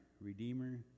Redeemer